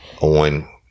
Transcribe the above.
on